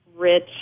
rich